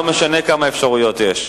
לא משנה כמה אפשרויות יש.